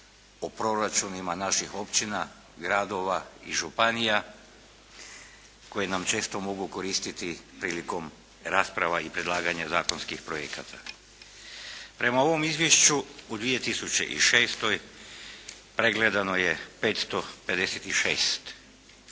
o proračunima naših općina, gradova i županija koji nam često mogu koristiti prilikom rasprava i predlaganja zakonskih projekata. Prema ovom izvješću u 2006. pregledano je 556